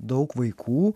daug vaikų